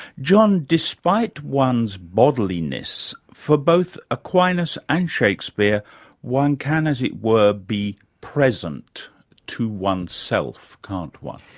john, despite one's bodiliness, for both aquinas and shakespeare one can, as it were, be present to oneself, can't one?